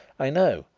i know,